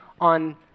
on